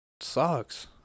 Sucks